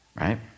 right